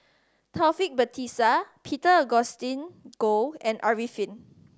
Taufik Batisah Peter Augustine Goh and Arifin